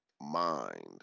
mind